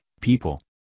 people